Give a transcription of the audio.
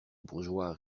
bourgeois